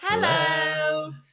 Hello